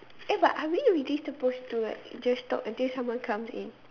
eh but are we already supposed to like just talk until someone comes in